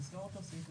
נסגור את הסעיף,